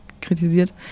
kritisiert